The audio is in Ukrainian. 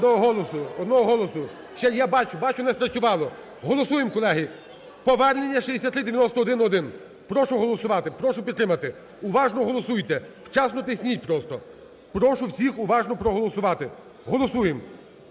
Одного голосу. Ще… Я бачу, бачу, не спрацювало. Голосуємо, колеги, повернення 6391-1. Прошу голосувати, прошу підтримати. Уважно голосуйте, вчасно тисніть просто. Прошу всіх уважно проголосувати. Голосуємо